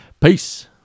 peace